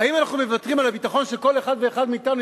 האם אנחנו מוותרים על הביטחון של כל אחד ואחד מאתנו?